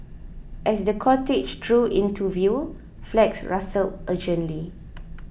as the cortege drew into view flags rustled urgently